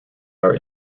are